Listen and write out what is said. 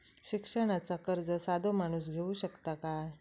शिक्षणाचा कर्ज साधो माणूस घेऊ शकता काय?